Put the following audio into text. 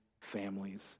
families